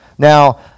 Now